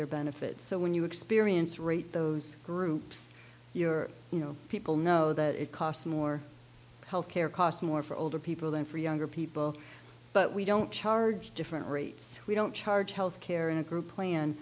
their benefits so when you experience rate those groups you're you know people know that it costs more health care costs more for older people than for younger people but we don't charge different rates we don't charge health care in a group plan